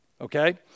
okay